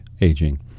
aging